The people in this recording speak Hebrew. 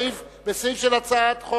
בסעיף של הצעת חוק,